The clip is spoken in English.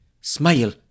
Smile